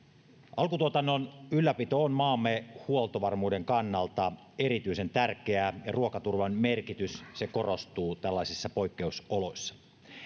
alkutuotannon ylläpito on maamme huoltovarmuuden kannalta erityisen tärkeää ja ruokaturvan merkitys korostuu tällaisissa poikkeusoloissa